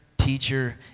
Teacher